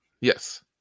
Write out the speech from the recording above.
Yes